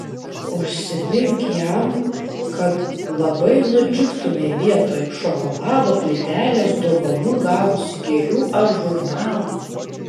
užsimink jam kad labai nudžiugtumei vietoj šokolado plytelės dovanų gavusi gėlių ar žurnalų